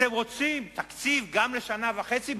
אתם רוצים תקציב לשנה וחצי?